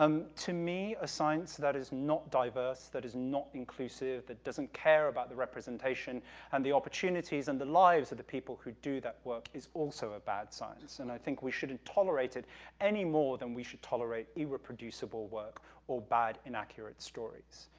um, to me, a science that is not diverse, that is not inclusive, that doesn't care about the representation and the opportunities and the lives of the people who do that work is also a bad science, and i think we shouldn't tolerate it anymore than we should tolerate irreproducible work or bad, inaccurate stories.